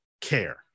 care